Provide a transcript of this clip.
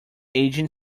agent